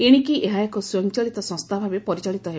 ଏଶିକି ଏହା ଏକ ସ୍ୱୟଂଚାଳିତ ସଂସ୍ଥା ଭାବେ ପରିଚାଳିତ ହେବ